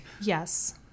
Yes